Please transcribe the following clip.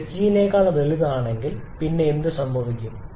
ഇത് sg നേക്കാൾ വലുതാണെങ്കിൽ പിന്നെ എന്ത് സംഭവിക്കും